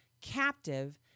captive